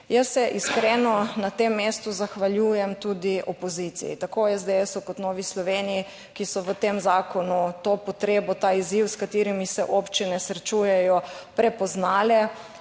Jaz se iskreno na tem mestu zahvaljujem tudi opoziciji, tako SDS kot Novi Sloveniji, ki so v tem zakonu to potrebo, ta izziv, s katerim se občine srečujejo prepoznale.